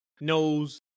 knows